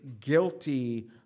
guilty